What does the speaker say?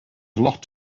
lot